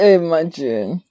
imagine